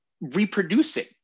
reproducing